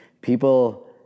People